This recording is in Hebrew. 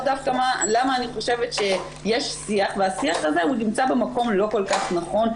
דווקא למה אני חושבת שיש שיח והשיח הזה נמצא במקום לא כל כך נכון.